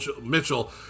Mitchell